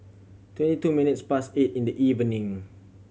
twenty two minutes past eight in the evening